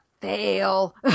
fail